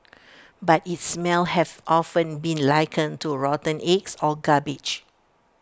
but its smell have often been likened to rotten eggs or garbage